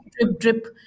drip-drip